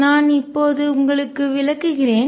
நான் இப்போது உங்களுக்கு விளக்குகிறேன்